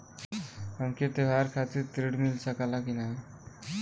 हमके त्योहार खातिर त्रण मिल सकला कि ना?